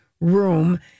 room